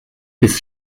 bis